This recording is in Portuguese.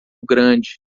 grande